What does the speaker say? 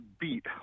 beat